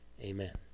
Amen